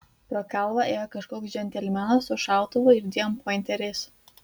pro kalvą ėjo kažkoks džentelmenas su šautuvu ir dviem pointeriais